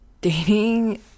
dating